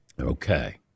Okay